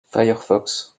firefox